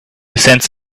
sense